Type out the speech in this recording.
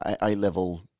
A-level